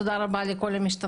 תודה רבה לכל המשתתפים.